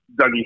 Dougie